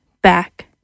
Back